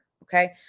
Okay